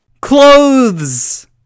Clothes